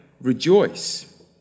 rejoice